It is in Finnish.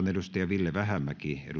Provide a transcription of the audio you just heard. ville vähämäki